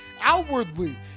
outwardly